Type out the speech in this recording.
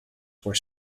were